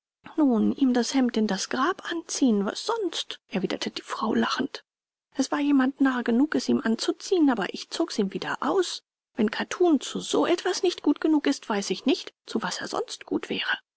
nun ihm das hemd in das grab anziehen was sonst erwiderte die frau lachend es war jemand narr genug es ihm anzuziehen aber ich zog's ihm wieder aus wenn kattun zu so etwas nicht gut genug ist weiß ich nicht zu was er sonst gut wäre